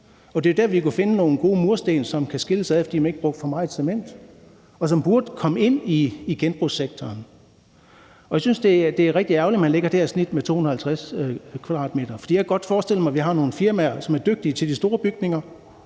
det er der, vi kunne finde nogle gode mursten, som kan skilles ad, fordi man ikke brugte for meget cement, og som burde komme ind i genbrugssektoren. Jeg synes, det er rigtig ærgerligt, at man lægger det her snit på 250 m², for jeg kunne godt forestille mig, at vi har nogle firmaer, som er dygtige til at pille de store bygninger,